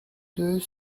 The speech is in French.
deux